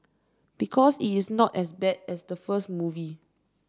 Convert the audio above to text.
because it's not as bad as the first movie